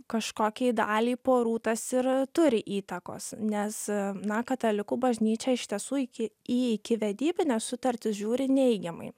kažkokiai daliai porų tas ir turi įtakos nes na katalikų bažnyčia iš tiesų iki į ikivedybines sutartis žiūri neigiamai